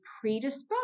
predisposed